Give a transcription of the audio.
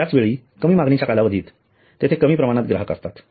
त्याच वेळी कमी मागणीच्या कालावधीत तेथे कमी प्रमाणात ग्राहक असतात